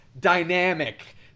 dynamic